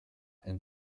and